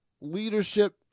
leadership